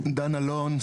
דן אלון,